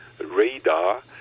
radar